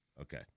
okay